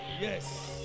Yes